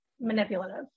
manipulative